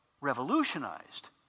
revolutionized